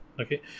Okay